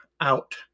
out